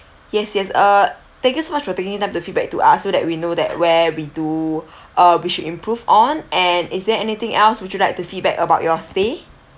yes yes uh thank you so much for taking time to feedback to us so that we know that where we do uh we should improve on and is there anything else would you like to feedback about your stay